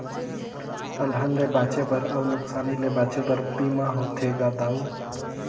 अलहन ले बांचे बर अउ नुकसानी ले बांचे बर बीमा होथे गा दाऊ